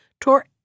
tore